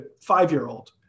five-year-old